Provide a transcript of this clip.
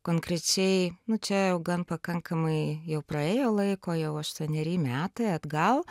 konkrečiai nu čia jau gan pakankamai jau praėjo laiko jau aštuoneri metai atgal